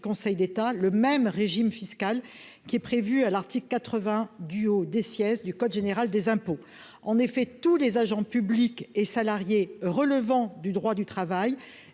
Conseil d'État, le même régime fiscal qui est prévu à l'article 80 du des sièges du code général des impôts, en effet, tous les agents publics et salariés relevant du droit du travail